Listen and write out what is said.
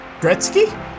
Gretzky